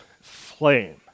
flame